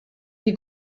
die